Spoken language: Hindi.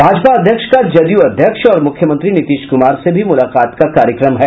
भाजपा अध्यक्ष का जदयू अध्यक्ष और मुख्यमंत्री नीतीश कुमार से भी मुलाकात का कार्यक्रम है